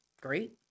great